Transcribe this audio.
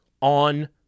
on